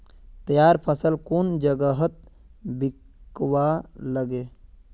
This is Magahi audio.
तैयार फसल कुन जगहत बिकवा लगे?